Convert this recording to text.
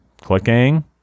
Clicking